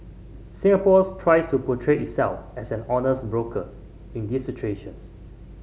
Singapore's tries to portray itself as an honest broker in these situations